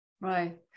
Right